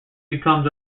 becomes